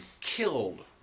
killed